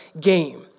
game